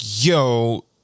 Yo